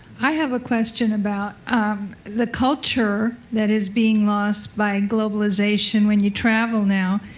i have a question about um the culture that is being lost by globalization when you travel now.